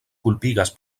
kulpigas